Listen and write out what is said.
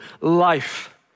life